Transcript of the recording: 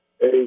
Hey